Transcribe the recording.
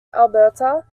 alberta